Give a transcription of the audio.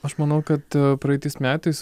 aš manau kad praeitais metais